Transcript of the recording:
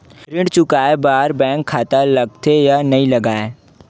ऋण चुकाए बार बैंक खाता लगथे या नहीं लगाए?